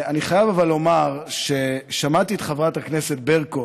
אבל אני חייב לומר ששמעתי את חברת הכנסת ברקו